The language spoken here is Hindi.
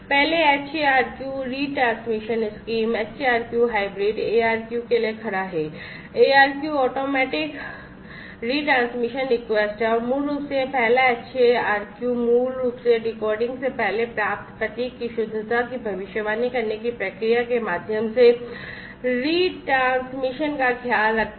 पहले HARQ retransmission scheme HARQ hybrid ARQ के लिए खड़ा है ARQ है और मूल रूप से यह पहला HARQ मूल रूप से डिकोडिंग से पहले प्राप्त प्रतीक की शुद्धता की भविष्यवाणी करने की प्रक्रिया के माध्यम से रिट्रांसमिशन का ख्याल रखता है